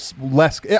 less